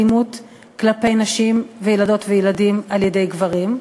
אלימות כלפי נשים וילדות וילדים על-ידי גברים.